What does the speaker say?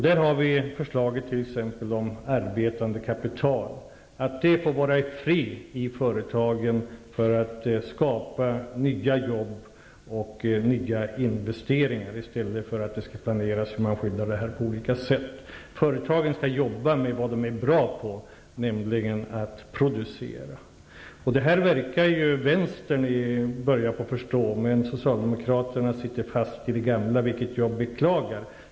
Där har vi t.ex. förslaget om arbetande kapital och att det får vara i fred i företagen för att skapa nya jobb och nya investeringar i stället för att det skall planeras hur man skyddar detta på olika sätt. Företagen skall jobba med vad de är bra på, nämligen att producera. Detta verkar vänstern börja förstå, men socialdemokraterna sitter fast i det gamla, vilket jag beklagar.